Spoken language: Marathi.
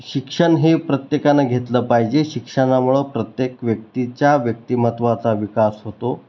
शिक्षण हे प्रत्येकानं घेतलं पाहिजे शिक्षणामुळं प्रत्येक व्यक्तीच्या व्यक्तिमत्त्वाचा विकास होतो